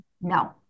No